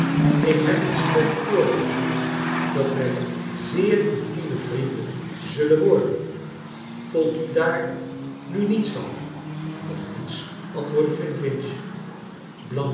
ik heb een sterk voorgevoel dat wij zeer intieme vrienden zullen worden voelt u daar nu niets van nog niets antwoordde